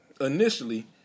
initially